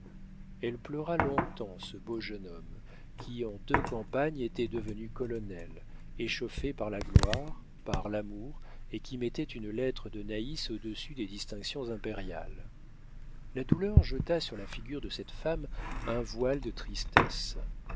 elle pleura long-temps ce beau jeune homme qui en deux campagnes était devenu colonel échauffé par la gloire par l'amour et qui mettait une lettre de naïs au-dessus des distinctions impériales la douleur jeta sur la figure de cette femme un voile de tristesse